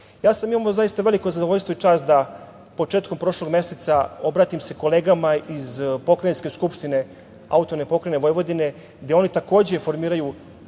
zaista imao veliko zadovoljstvo i čast da početkom prošlog meseca obratim se kolegama iz pokrajinske Skupštine AP Vojvodine gde oni takođe formiraju